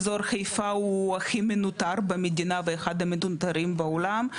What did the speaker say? אזור חיפה הוא הכי מנותר במדינה ואחד המנוטרים בעולם,